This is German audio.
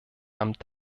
amt